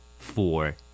four